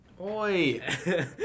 Oi